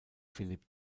philipp